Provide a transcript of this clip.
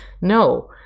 no